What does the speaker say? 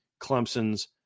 Clemson's